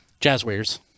Jazzwares